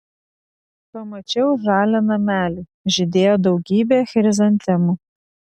pamačiau žalią namelį žydėjo daugybė chrizantemų